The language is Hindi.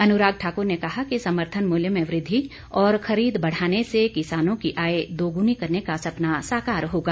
अनुराग ठाकुर ने कहा कि समर्थन मूल्य में वृद्धि और खरीद बढ़ाने से किसानों की आय दोगुनी करने का सपना साकार होगा